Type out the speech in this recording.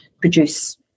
produce